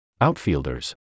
Outfielders